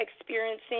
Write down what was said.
experiencing